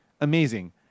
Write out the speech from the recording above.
amazing